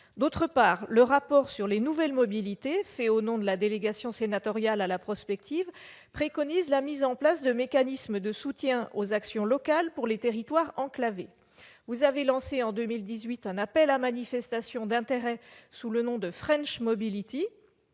De plus, le rapport sur les nouvelles mobilités, fait au nom de la délégation sénatoriale à la prospective, préconise la mise en place de mécanismes de soutien aux actions locales pour les territoires enclavés. Vous avez lancé en 2018 un appel à manifestation d'intérêt sous le nom de French Mobility.